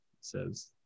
says